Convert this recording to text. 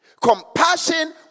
Compassion